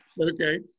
Okay